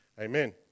Amen